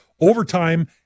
overtime